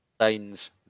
signs